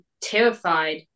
terrified